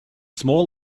small